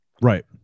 Right